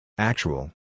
Actual